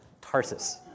Tarsus